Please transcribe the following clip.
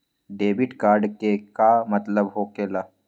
Debit card के का मतलब होकेला?